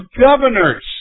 governors